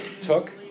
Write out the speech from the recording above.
Took